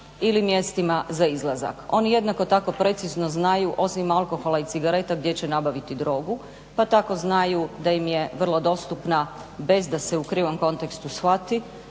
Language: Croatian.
ili mjestima za izlazak. Oni jednako tako precizno znaju osim alkohola i cigareta gdje će nabaviti drogu pa tako znaju da im je vrlo dostupna bez da se u krivom kontekstu shvati,